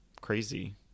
crazy